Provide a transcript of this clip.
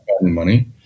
money